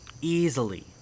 Easily